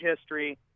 history